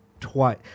twice